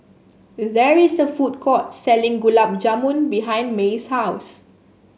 there is a food court selling Gulab Jamun behind Maye's house